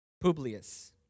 Publius